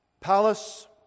palace